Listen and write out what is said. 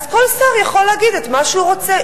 אז כל שר יכול להגיד את מה שהוא רוצה.